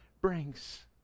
brings